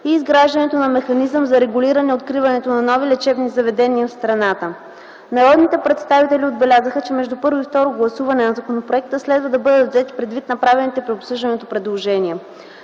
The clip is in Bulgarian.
и изграждането на механизъм за регулиране откриването на нови лечебни заведения в страната. Народните представители отбелязаха, че между първо и второ гласуване на законопроекта следва да бъдат взети предвид направените при обсъждането предложения.